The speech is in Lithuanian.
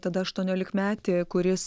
tada aštuoniolikmetį kuris